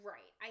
Right